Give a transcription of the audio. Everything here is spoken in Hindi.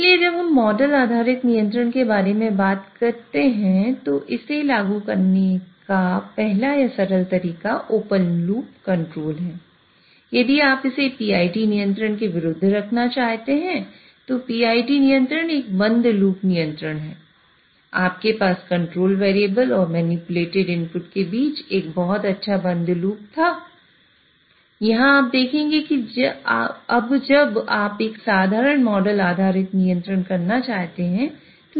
इसलिए जब हम मॉडल आधारित नियंत्रण करना चाहते हैं तो इसकी आवश्यकता नहीं है